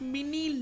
Mini